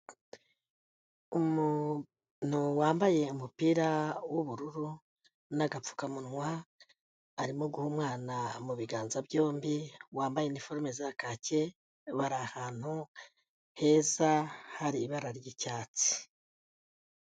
Umuntu wambaye umupira w'ubururu n'agapfukamunwa arimo guha umwana mu biganza byombi wambaye iniforume za kake, bari ahantu heza hari ibara ry'icyatsi.